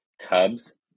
Cubs